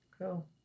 Cool